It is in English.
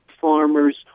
farmers